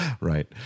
Right